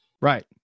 right